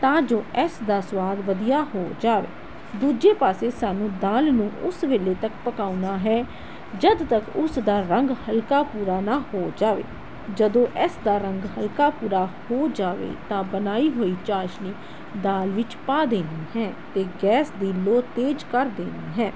ਤਾਂ ਜੋ ਇਸ ਦਾ ਸਵਾਦ ਵਧੀਆ ਹੋ ਜਾਵੇ ਦੂਜੇ ਪਾਸੇ ਸਾਨੂੰ ਦਾਲ ਨੂੰ ਉਸ ਵੇਲੇ ਤੱਕ ਪਕਾਉਣਾ ਹੈ ਜਦ ਤੱਕ ਉਸਦਾ ਰੰਗ ਹਲਕਾ ਭੂਰਾ ਨਾ ਹੋ ਜਾਵੇ ਜਦੋਂ ਇਸ ਦਾ ਰੰਗ ਹਲਕਾ ਭੂਰਾ ਹੋ ਜਾਵੇ ਤਾਂ ਬਣਾਈ ਹੋਈ ਚਾਸ਼ਨੀ ਦਾਲ ਵਿੱਚ ਪਾ ਦੇਣੀ ਹੈ ਅਤੇ ਗੈਸ ਦੀ ਲੋਅ ਤੇਜ਼ ਕਰ ਦੇਣੀ ਹੈ